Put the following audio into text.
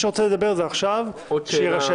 השינוי שרוצים לעשות אם החוק הזה יאושר,